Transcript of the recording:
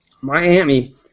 Miami